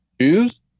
choose